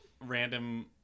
random